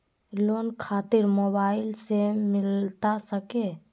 Loan खातिर mobile से मिलता सके?